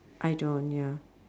I don't ya